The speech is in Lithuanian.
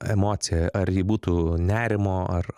emociją ar ji būtų nerimo ar